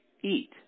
Eat